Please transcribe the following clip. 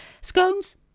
Scones